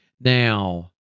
Now